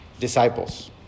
disciples